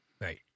Right